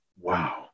wow